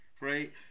right